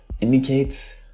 indicates